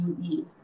UE